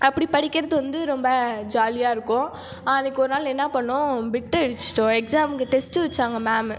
அப்படி படிக்கிறது வந்து ரொம்ப ஜாலியாக இருக்கும் அன்றைக்கி ஒரு நாள் என்ன பண்ணோம் பிட்டு அடித்துட்டோம் எக்ஸாமுக்கு டெஸ்ட்டு வச்சாங்க மேமு